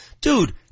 Dude